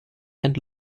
and